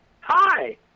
Hi